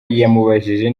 yamubajije